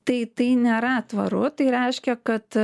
tai tai nėra tvaru tai reiškia kad